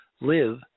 live